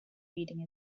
reading